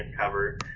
cover